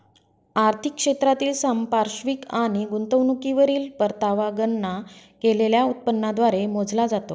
आर्थिक क्षेत्रातील संपार्श्विक आणि गुंतवणुकीवरील परतावा गणना केलेल्या उत्पन्नाद्वारे मोजला जातो